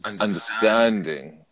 understanding